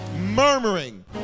murmuring